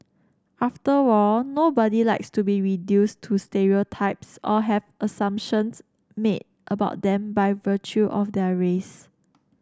after all nobody likes to be reduced to stereotypes or have assumptions made about them by virtue of their race